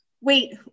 Wait